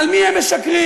למי הם משקרים?